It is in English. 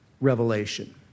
revelation